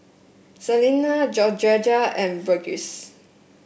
Selina Georgetta and Burgess